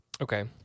Okay